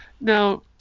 Now